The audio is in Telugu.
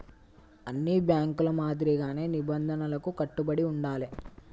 అన్ని బ్యేంకుల మాదిరిగానే నిబంధనలకు కట్టుబడి ఉండాలే